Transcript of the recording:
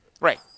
Right